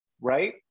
right